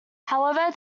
however